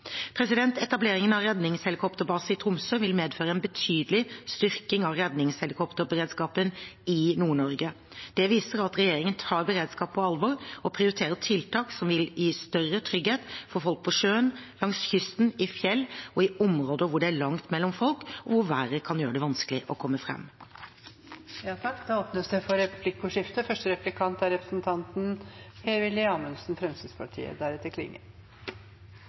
Etableringen av redningshelikopterbase i Tromsø vil medføre en betydelig styrking av redningshelikopterberedskapen i Nord-Norge. Det viser at regjeringen tar beredskap på alvor og prioriterer tiltak som vil gi større trygghet for folk på sjøen, langs kysten, i fjellet og i områder hvor det er langt mellom folk, og hvor været kan gjøre det vanskelig å komme fram. Det blir replikkordskifte. Dette er en god dag, men jeg vil gjerne utfordre statsråden litt: Det er